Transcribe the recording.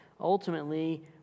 ultimately